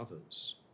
others